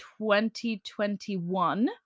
2021